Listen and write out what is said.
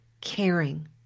caring